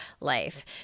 life